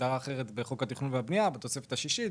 הגדרה אחרת בחוק התכנון והבנייה בתוספת השישית,